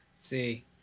See